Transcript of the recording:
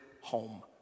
home